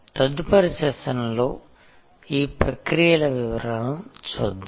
తదుపరి సెషన్లో ఈ ప్రక్రియల వివరాలను చూద్దాం